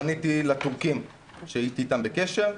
פניתי לתורכים שהייתי איתם בקשר,